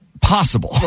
possible